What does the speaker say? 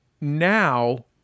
Now